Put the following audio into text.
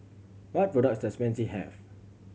what product does Pansy have